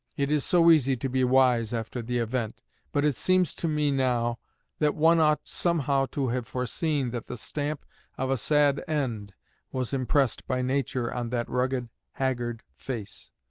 it is so easy to be wise after the event but it seems to me now that one ought somehow to have foreseen that the stamp of a sad end was impressed by nature on that rugged, haggard face.